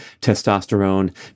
testosterone